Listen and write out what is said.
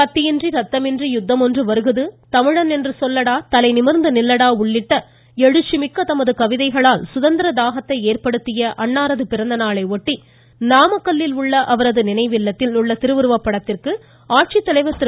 கத்தியின்றி ரத்தமின்றி யுத்தம் ஒன்று வருகுது தமிழன் என்று சொல்லடா தலைநிமிா்ந்து நில்லடா உள்ளிட்ட எழுச்சிமிக்க தமது கவிதைகளால் சுதந்திர தாகத்தை ஏற்படுத்திய அன்னாரது பிறந்த நாளையொட்டி நாமக்கல்லில் அவரது நினைவு இல்லத்தில் உள்ள திருவுருவ படத்திற்கு ஆட்சித்தலைவா் திரு